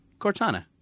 Cortana